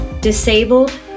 disabled